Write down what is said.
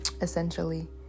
essentially